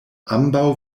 ambaŭ